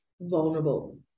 vulnerable